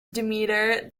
demeter